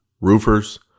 roofers